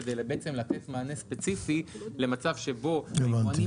כדי לתת מענה ספציפי למצב שבו היבואנים